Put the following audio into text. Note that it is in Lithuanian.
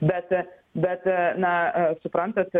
bet bet na suprantat